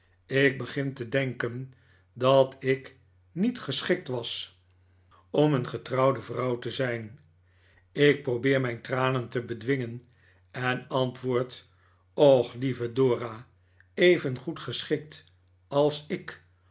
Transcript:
ik begin te denken dat ik niet geschikt was om een getrouwde vrouw te zijn ik probeer mijn tranen te bedwingen en antwoord och lieve dora even goed geschikt als ik